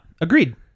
agreed